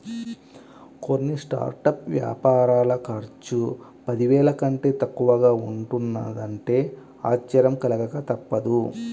కొన్ని స్టార్టప్ వ్యాపారాల ఖర్చు పదివేల కంటే తక్కువగా ఉంటున్నదంటే ఆశ్చర్యం కలగక తప్పదు